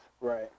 Right